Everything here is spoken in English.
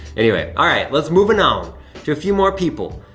anyway, all right, let's movin' on to a few more people.